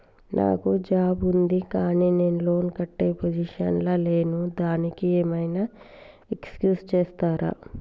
నాకు జాబ్ ఉంది కానీ నేను లోన్ కట్టే పొజిషన్ లా లేను దానికి ఏం ఐనా ఎక్స్క్యూజ్ చేస్తరా?